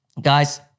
Guys